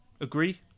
Agree